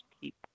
keep